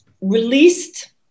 released